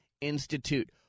Institute